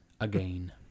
again